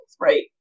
Right